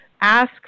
ask